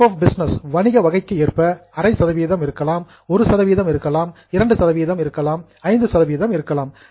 type of business வணிக வகைக்கு ஏற்ப அரை சதவீதம் இருக்கலாம் 1 சதவீதம் இருக்கலாம் 2 சதவீதம் இருக்கலாம் 5 சதவீதம் இருக்கலாம்